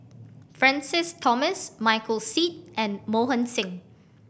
Francis Thomas Michael Seet and Mohan Singh